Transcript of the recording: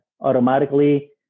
automatically